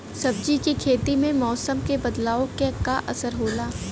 सब्जी के खेती में मौसम के बदलाव क का असर होला?